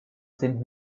sind